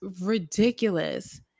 ridiculous